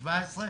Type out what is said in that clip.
17,